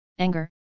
anger